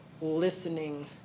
listening